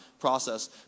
process